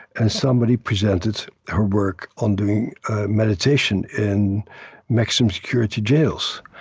and somebody presented her work on doing meditation in maximum security jails.